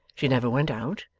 she never went out,